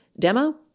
demo